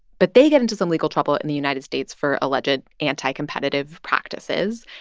but they get into some legal trouble in the united states for alleged anti-competitive practices.